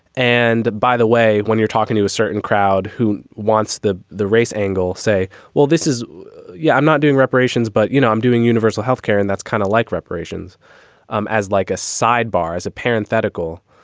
and by the way when you're talking to a certain crowd who wants the the race angle say well this is yeah i'm not doing reparations but you know i'm doing universal health care and that's kind of like reparations um as like a sidebar. as a parent medical.